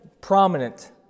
prominent